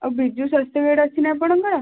ଆଉ ବିଜୁସ୍ୱାସ୍ଥ୍ୟ କାର୍ଡ଼୍ ଅଛି ନା ଆପଣଙ୍କର